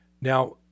Now